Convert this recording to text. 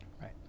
Right